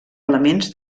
elements